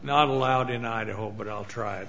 not allowed in idaho but i'll try